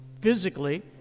physically